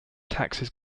taxes